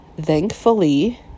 Thankfully